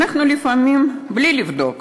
אנחנו לפעמים לוחצים בלי לבדוק